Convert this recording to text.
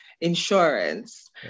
insurance